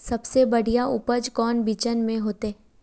सबसे बढ़िया उपज कौन बिचन में होते?